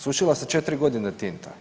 Sušila se 4 godine tinta.